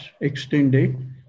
extended